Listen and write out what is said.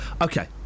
Okay